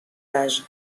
âge